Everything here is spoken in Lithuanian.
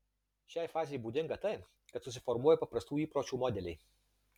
šiai fazei būdinga tai kad susiformuoja paprastų įpročių modeliai